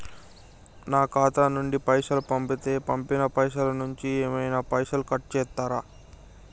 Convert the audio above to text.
నా ఖాతా నుండి పైసలు పంపుతే పంపిన పైసల నుంచి ఏమైనా పైసలు కట్ చేత్తరా?